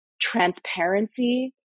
transparency